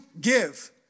give